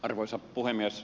arvoisa puhemies